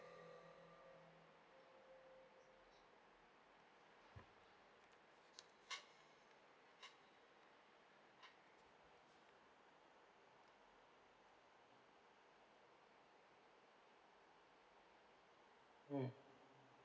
mm